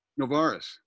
novaris